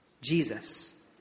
Jesus